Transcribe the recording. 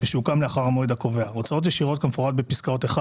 ושהוקם לאחר המועד הקובע הוצאות ישירות כמפורט בפסקאות (1),